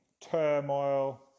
turmoil